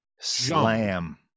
Slam